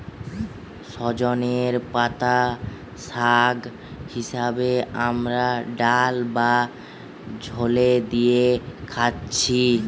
সজনের পাতা শাগ হিসাবে আমরা ডাল বা ঝোলে দিয়ে খাচ্ছি